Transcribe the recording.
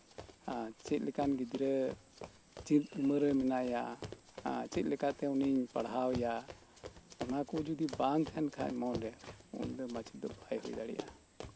ᱪᱮᱫ ᱞᱮᱠᱟᱱ ᱜᱤᱫᱽᱨᱟᱹ ᱪᱮᱫ ᱩᱢᱟᱹᱨ ᱨᱮ ᱢᱮᱱᱟᱭᱟ ᱪᱮᱫ ᱞᱮᱠᱟᱛᱮ ᱩᱱᱤᱧ ᱯᱟᱲᱦᱟᱣ ᱮᱭᱟ ᱚᱱᱟ ᱠᱚ ᱡᱚᱫᱤ ᱵᱟᱝ ᱛᱟᱸᱦᱮᱱ ᱠᱷᱟᱱ ᱢᱚᱱᱨᱮ ᱛᱟᱦᱞᱮ ᱩᱱᱤ ᱫᱚ ᱢᱟᱪᱮᱫ ᱫᱚ ᱵᱟᱭ ᱦᱩᱭ ᱫᱟᱲᱮᱭᱟᱜᱼᱟ